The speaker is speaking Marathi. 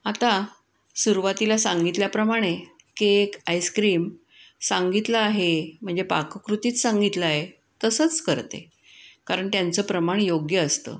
आता सुरवातीला सांगितल्याप्रमाणे केक आईस्क्रीम सांगितलं आहे म्हणजे पाककृतीत सांगितलं आहे तसंच करते कारण त्यांचं प्रमाण योग्य असतं